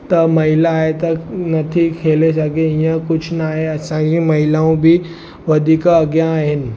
त महिला आहे त नथी खेले सघे हीअं कुझु न आहे असांजी महिलाऊं बि वधीक अॻियां आहिनि